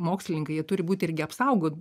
mokslininkai jie turi būti irgi apsaugot